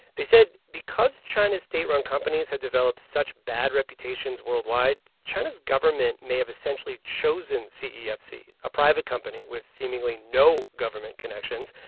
they said because china's state-run companies had developed such bad reputations worldwide, china's government may have essentially chosen cefc, a private company with seemingly no government connections,